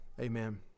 Amen